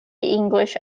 english